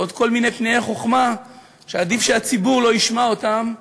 ועוד כל מיני פניני חוכמה שעדיף שהציבור לא ישמע אותן,